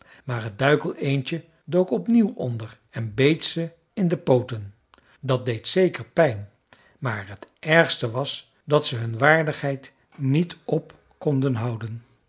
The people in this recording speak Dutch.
maar het duikeleendje dook opnieuw onder en beet ze in de pooten dat deed zeker pijn maar het ergste was dat ze hun waardigheid niet op konden houden